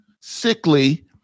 sickly